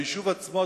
היישוב עצמו,